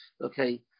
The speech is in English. Okay